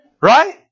Right